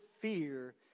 fear